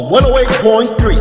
108.3